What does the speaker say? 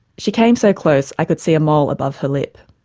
she came so close i could see a mole above her lip.